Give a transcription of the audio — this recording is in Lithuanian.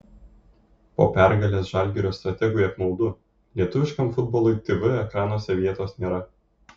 po pergalės žalgirio strategui apmaudu lietuviškam futbolui tv ekranuose vietos nėra